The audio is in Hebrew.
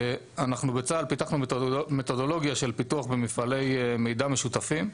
בצה"ל פיתחנו מתודולוגיה של פיתוח במפעלי מידע משותפים.